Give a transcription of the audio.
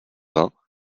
vingts